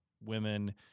women